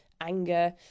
anger